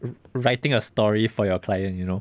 wri~ writing a story for your client you know